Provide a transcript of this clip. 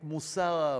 את מוסר העבודה,